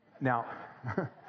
Now